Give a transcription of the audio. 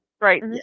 Right